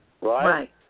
Right